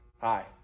Hi